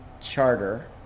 charter